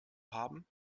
haben